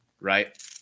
right